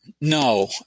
No